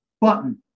button